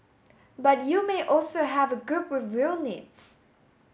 but you may also have a group with real needs